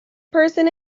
person